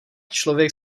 člověk